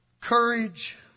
Courage